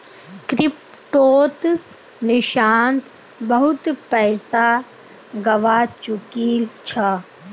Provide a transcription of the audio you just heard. क्रिप्टोत निशांत बहुत पैसा गवा चुकील छ